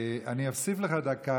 אני אוסיף לך דקה,